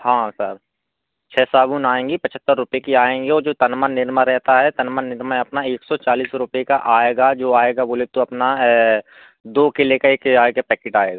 हाँ सर छह साबुन आएँगी पचहत्तर रुपये की आएँगी और जो तनमन निरमा रहता है तनमन निरमा अपना एक सौ चालीस रुपये का आएगा जो आएगा बोले तो अपना दो किलो का एक का पैकेट आएगा